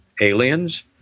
aliens